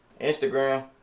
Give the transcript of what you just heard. Instagram